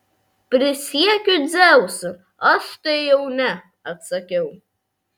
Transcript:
prisiekiu dzeusu aš tai jau ne atsakiau